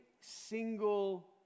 single